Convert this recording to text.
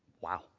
Wow